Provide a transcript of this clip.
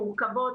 מורכבות,